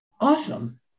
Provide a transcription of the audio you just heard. awesome